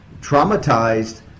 traumatized